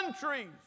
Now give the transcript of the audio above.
countries